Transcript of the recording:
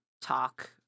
talk